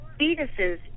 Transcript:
Fetuses